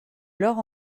alors